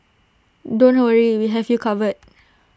don't worry we have you covered